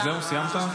זהו, סיימת?